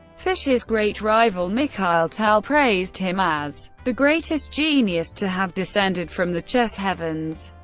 fischer's great rival mikhail tal praised him as the greatest genius to have descended from the chess heavens.